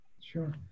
Sure